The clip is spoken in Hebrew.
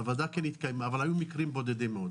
הוועדה כן התקיימה, אבל היו מקרים בודדים מאוד.